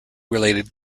related